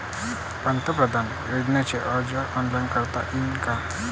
पंतप्रधान योजनेचा अर्ज ऑनलाईन करता येईन का?